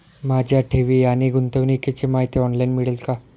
माझ्या ठेवी आणि गुंतवणुकीची माहिती ऑनलाइन मिळेल का?